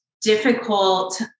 difficult